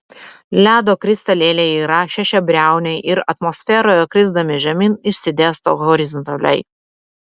ledo kristalėliai yra šešiabriauniai ir atmosferoje krisdami žemyn išsidėsto horizontaliai